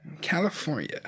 California